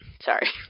Sorry